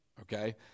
okay